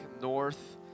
north